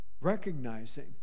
recognizing